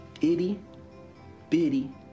itty-bitty